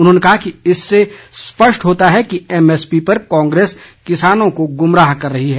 उन्होंने कहा कि इससे स्पष्ट होता है कि एमएसपी पर कांग्रेस किसानों को गुमराह कर रही है